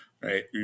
right